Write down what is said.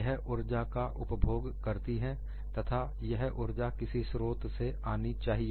यह ऊर्जा का उपभोग करती है तथा यह ऊर्जा किसी स्रोत से आनी चाहिए